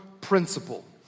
principle